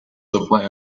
supply